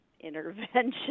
intervention